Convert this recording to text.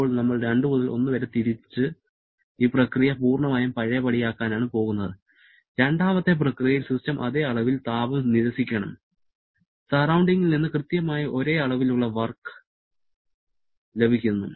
ഇപ്പോൾ നമ്മൾ 2 മുതൽ 1 വരെ തിരിച്ച് ഈ പ്രക്രിയ പൂർണ്ണമായും പഴയപടിയാക്കാനാണ് പോകുന്നത് രണ്ടാമത്തെ പ്രക്രിയയിൽ സിസ്റ്റം അതേ അളവിൽ താപം δQ നിരസിക്കണം സറൌണ്ടിങ്ങിൽ നിന്ന് കൃത്യമായി ഒരേ അളവിലുള്ള വർക്ക് δW ലഭിക്കുന്നു